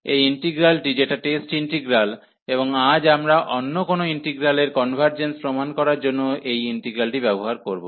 এই ইন্টিগ্রালটি যেটা টেস্ট ইন্টিগ্রাল এবং আজ আমরা অন্য কোন ইন্টিগ্রালের কনভার্জেন্স প্রমাণ করার জন্য এই ইন্টিগ্রালটি ব্যবহার করব